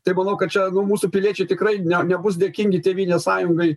tai manau kad čia nu mūsų piliečiai tikrai ne nebus dėkingi tėvynės sąjungai